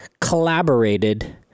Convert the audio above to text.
collaborated